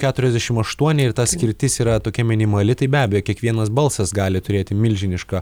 keturiasdešim aštuoni ir ta skirtis yra tokia minimali tai be abejo kiekvienas balsas gali turėti milžinišką